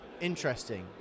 interesting